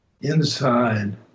inside